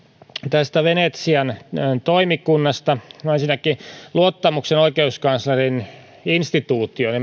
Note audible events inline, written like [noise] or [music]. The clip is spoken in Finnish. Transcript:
tästä venetsian toimikunnasta ensinnäkin luottamuksen oikeuskanslerin instituutioon [unintelligible]